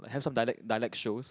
have some dialect dialect shows